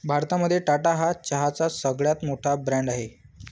भारतामध्ये टाटा हा चहाचा सगळ्यात मोठा ब्रँड आहे